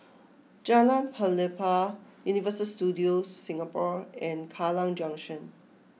Jalan Pelepah Universal Studios Singapore and Kallang Junction